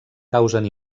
causen